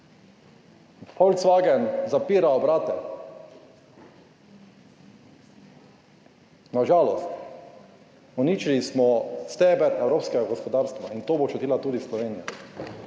Volkswagen zapira obrate. Na žalost, uničili smo steber evropskega gospodarstva. In to bo občutila tudi Slovenija.